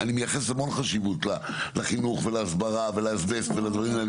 המון חשיבות לחינוך ולהסברה ולדברים האלה,